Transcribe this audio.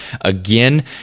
Again